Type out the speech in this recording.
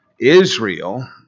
Israel